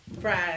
fries